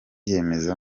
yemeza